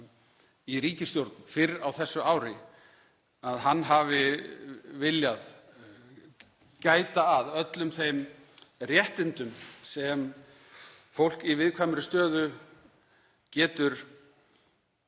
í ríkisstjórn fyrr á þessu ári, hafi viljað gæta að öllum þeim réttindum sem fólk í viðkvæmri stöðu getur,